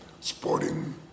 sporting